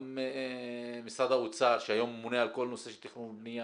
גם משרד האוצר שהיום ממונה על כל הנושא של תכנון ובניה,